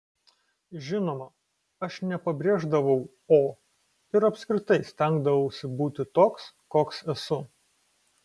žinoma aš nepabrėždavau o ir apskritai stengdavausi būti toks koks esu